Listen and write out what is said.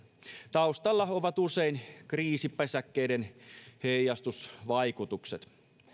taustalla ovat usein kriisipesäkkeiden heijastusvaikutukset